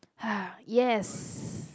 yes